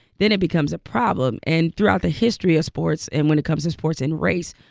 then it becomes a problem and throughout the history of sports and when it comes to sports and race,